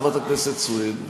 חברת הכנסת סויד,